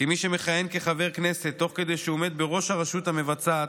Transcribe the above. כמי שמכהן כחבר כנסת תוך כדי שהוא עומד בראש הרשות המבצעת,